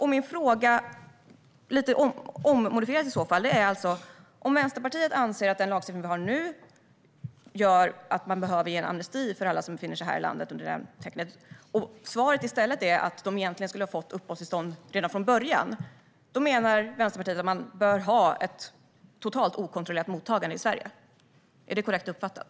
Min fråga, lite modifierad, är: Om Vänsterpartiet anser att den lagstiftning vi har nu gör att man behöver ge amnesti till alla som befinner sig här i landet, och om svaret är att de egentligen skulle ha fått uppehållstillstånd redan från början, menar då Vänsterpartiet att man bör ha ett totalt okontrollerat mottagande i Sverige? Är det korrekt uppfattat?